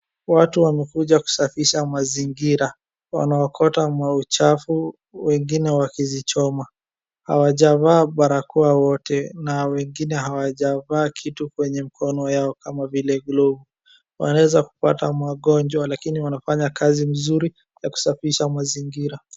Watu wamekuja kusafisha mazingira. Wanaokota mauchafu wengine wakizichoma. Hawajavaa barakoa wote na wengine hawajavaa kitu kwenye mkono yao kama vile glovu. Wanaweza kupata magonjwa lakini wanafanya kazi nzuri ya kusafisha mazingira.